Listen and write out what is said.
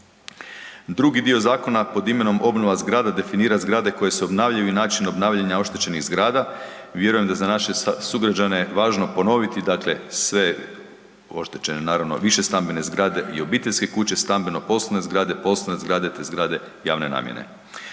Drugi dio zakona pod imenom obnova zgrade definira zgrade koje se obnavljaju i način obnavljanja oštećenih zgrada. Vjerujem da za naše sugrađane je važno ponoviti, dakle sve oštećene, naravno, višestambene zgrade i obiteljske kuće, stambeno poslovne zgrade, poslovne zgrade te zgrade javne namjene.